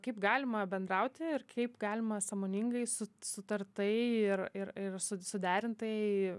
kaip galima bendrauti ir kaip galima sąmoningai su sutartai ir ir ir su suderintai